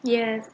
ya